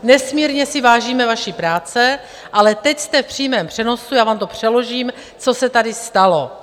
Nesmírně si vážíme vaší práce, ale teď jste v přímém přenosu, já vám to přeložím, co se tady stalo.